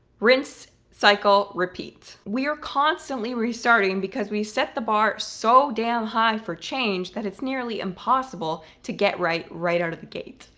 rinse, cycle, repeat. we're constantly restarting, because we set the bar so damn high for change, that it's nearly impossible to get right, right out of the gate.